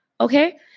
Okay